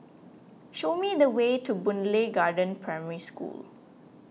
show me the way to Boon Lay Garden Primary School